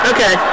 Okay